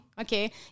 okay